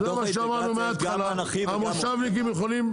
המושבניקים יכולים